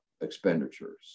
expenditures